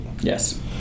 Yes